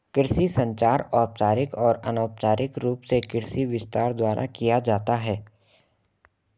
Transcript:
कृषि संचार औपचारिक और अनौपचारिक रूप से कृषि विस्तार द्वारा किया जाता है